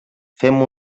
fem